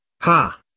Ha